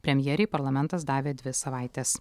premjerei parlamentas davė dvi savaites